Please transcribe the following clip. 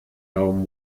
daumen